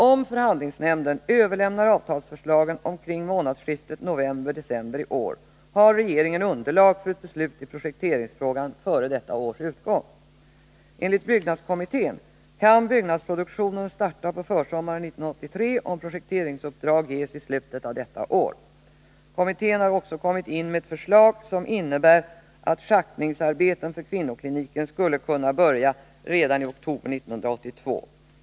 Om förhandlingsnämnden överlämnar avtalsförslagen omkring månadsskiftet november-december i år, har regeringen underlag för ett beslut i projekteringsfrågan före detta års utgång. Enligt byggnadskommittén kan byggnadsproduktionen starta på försommaren 1983 om projekteringsuppdrag ges i slutet av detta år. Kommittén har också kommit in med ett förslag, som innebär att schaktningsarbeten för kvinnokliniken skulle kunna börja redan i oktober 1982.